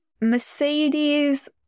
Mercedes